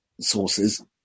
sources